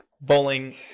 bowling